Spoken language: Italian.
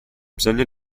bisogno